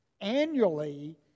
annually